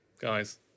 guys